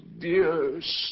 dearest